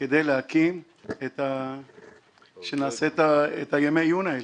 על מנת להעביר בהם את ימי העיון הללו.